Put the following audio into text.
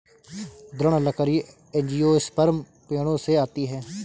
दृढ़ लकड़ी एंजियोस्पर्म पेड़ों से आती है